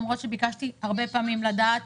למרות שביקשתי הרבה פעמים לדעת